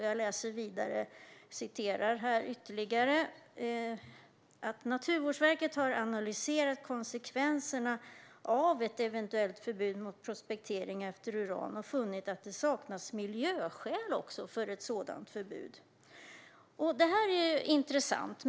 Jag läser vidare ur utredningen: "Naturvårdsverket har samtidigt analyserat konsekvenserna av ett eventuellt förbud mot prospektering efter uran och funnit att det saknas miljöskäl för ett sådant förbud." Det här är intressant.